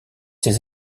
ses